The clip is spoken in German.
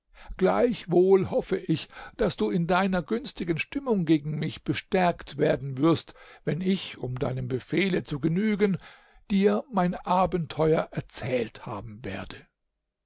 gleichwohl hoffe ich daß du in deiner günstigen stimmung gegen mich bestärkt werden wirst wenn ich um deinem befehle zu genügen dir mein abenteuer erzählt haben werde